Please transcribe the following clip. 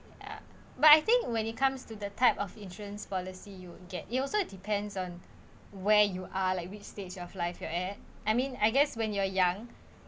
ya but I think when it comes to the type of insurance policy you would get it also depends on where you are like which stage of life you're at I mean I guess when you are young